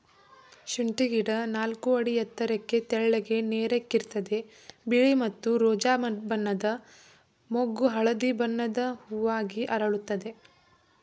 ಶುಂಠಿ ಗಿಡ ನಾಲ್ಕು ಅಡಿ ಎತ್ತರಕ್ಕೆ ತೆಳ್ಳಗೆ ನೇರಕ್ಕಿರ್ತದೆ ಬಿಳಿ ಮತ್ತು ರೋಜಾ ಬಣ್ಣದ ಮೊಗ್ಗು ಹಳದಿ ಬಣ್ಣದ ಹೂವಾಗಿ ಅರಳುತ್ತದೆ